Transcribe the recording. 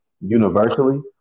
universally